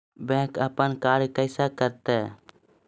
Bank अपन कार्य कैसे करते है?